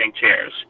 chairs